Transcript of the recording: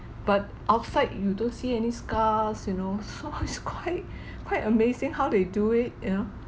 but outside you don't see any scars you know so it's quite quite amazing how they do it you know